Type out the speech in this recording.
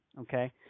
okay